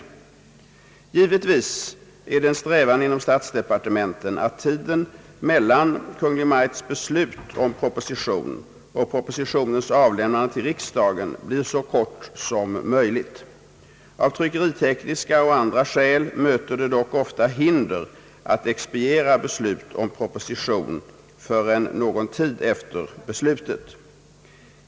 Givetvis är det en strävan inom statsdepartementen att tiden mellan Kungl. Maj:ts beslut om proposition och propositionens avlämnande till riksdagen blir så kort som möjligt. Av tryckeritekniska och andra skäl möter det dock ofta hinder att expediera beslut om proposition förrän någon tid efter beslutet.